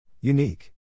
Unique